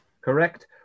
Correct